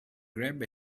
grab